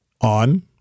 on